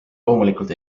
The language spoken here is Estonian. loomulikult